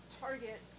target